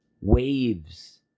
waves